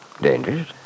Dangerous